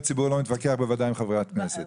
ציבור לא מתווכח בוודאי עם חברת כנסת.